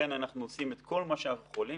לכן אנחנו עושים את כל מה שאנחנו יכולים